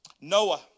Noah